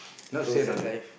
no said don't